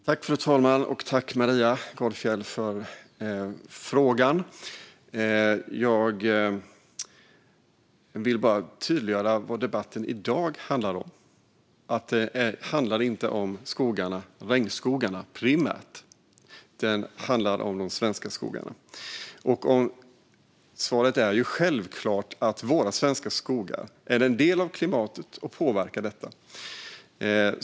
Fru talman! Tack, Maria Gardfjell, för frågan! Jag vill tydliggöra vad debatten i dag handlar om. Den handlar inte om regnskogarna primärt, utan den handlar om de svenska skogarna. Svaret är självklart att våra svenska skogar är en del av klimatet och påverkar detta.